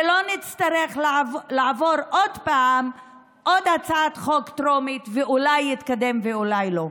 ולא נצטרך לעבור עוד פעם עוד הצעת חוק טרומית ואולי יתקדם ואולי לא.